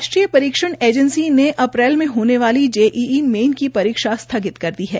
राष्ट्रीय परीक्षण एजेंसी ने अप्रैल में होने वाली जेईई मेन की परीक्षा स्थगित कर दी है